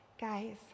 Guys